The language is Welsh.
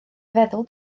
feddwl